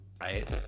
right